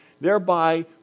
thereby